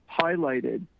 highlighted